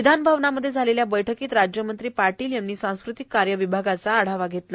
विधानभवनामध्ये झालेल्या बैठकीत राज्यमंत्री पाटील यांनी सांस्कृतिक कार्य विभागाचा आढावा घेतला